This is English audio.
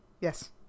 Yes